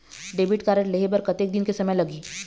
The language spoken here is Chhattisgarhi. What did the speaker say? डेबिट कारड लेहे बर कतेक दिन के समय लगही?